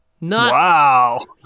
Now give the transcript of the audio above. Wow